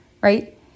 right